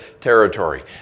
territory